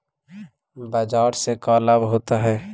बाजार से का लाभ होता है?